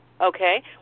Okay